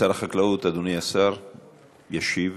שר החקלאות, אדוני השר, ישיב.